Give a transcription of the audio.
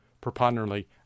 preponderantly